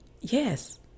Yes